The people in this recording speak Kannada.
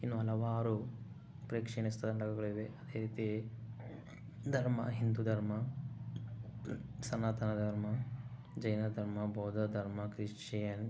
ಇನ್ನು ಹಲವಾರು ಪ್ರೇಕ್ಷಣೀಯ ಸ್ಥಳಗಳು ಇವೆ ಅದೇ ರೀತಿ ಧರ್ಮ ಹಿಂದೂ ಧರ್ಮ ಸನಾತನ ಧರ್ಮ ಜೈನ ಧರ್ಮ ಬೌದ್ದ ಧರ್ಮ ಕ್ರಿಶ್ಚಿಯನ್